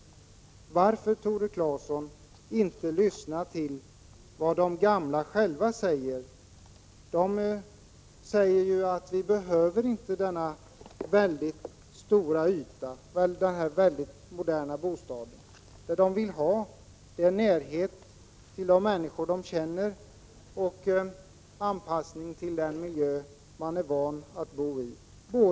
Varför lyssnar inte Tore Claeson till vad de gamla själva säger? De säger att de inte behöver så stora ytor och så moderna bostäder. De vill ha närhet till de människor de känner och anpassning till den miljö de är vana att bo i.